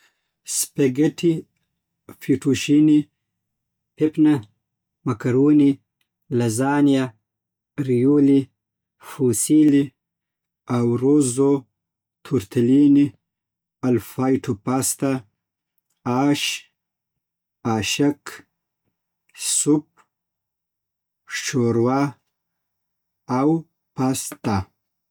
سپاګیټي فېټوشيني پېنه ماکاروني لزانيه رويولي فوسيلي اورزو تورتليني ال فابېټو پاستا اش اشک سوپ شورا او پاستا